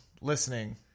listening